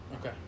okay